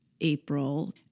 April